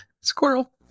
Squirrel